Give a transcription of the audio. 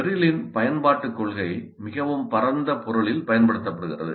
மெர்ரிலின் பயன்பாட்டுக் கொள்கை மிகவும் பரந்த பொருளில் பயன்படுத்தப்படுகிறது